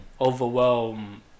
overwhelm